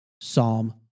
Psalm